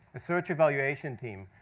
the search evaluation team.